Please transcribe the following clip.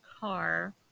car